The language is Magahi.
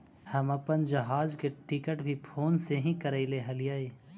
हम अपन जहाज के टिकट भी फोन से ही करैले हलीअइ